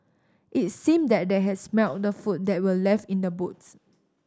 it seemed that they had smelt the food that were left in the boot